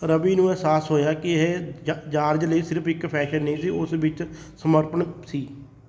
ਰਵੀ ਨੂੰ ਅਹਿਸਾਸ ਹੋਇਆ ਕੀ ਇਹ ਜਾ ਜਾਰਜ ਲਈ ਸਿਰਫ਼ ਇੱਕ ਫੈਸ਼ਨ ਨਹੀਂ ਸੀ ਉਸ ਵਿੱਚ ਸਮਰਪਣ ਸੀ